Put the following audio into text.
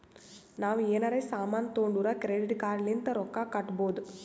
ನಾವ್ ಎನಾರೇ ಸಾಮಾನ್ ತೊಂಡುರ್ ಕ್ರೆಡಿಟ್ ಕಾರ್ಡ್ ಲಿಂತ್ ರೊಕ್ಕಾ ಕಟ್ಟಬೋದ್